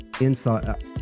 inside